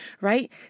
right